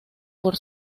por